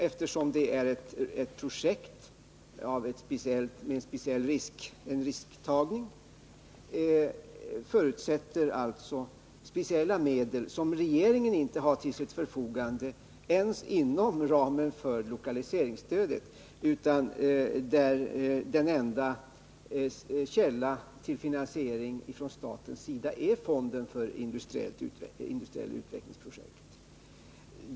Eftersom det är ett projekt med speciell risktagning är det en förutsättning att man får speciella medel, som regeringen inte har till sitt förfogande ens inom ramen för lokaliseringsstödet. Den enda källa till finansiering från staten som finns är därför fonden för industriella utvecklingsprojekt.